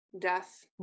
death